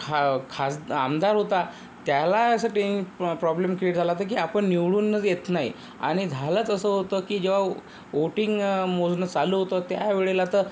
खा खासदा आमदार होता त्याला असं टेन प्रॉ प्रॉब्लेम क्रीएट झाला होता की आपण निवडूनच येत नाही आणि झालंच असं होतं की जेव्हा वो वोटिंग मोजणं चालू होतं त्या वेळेला तर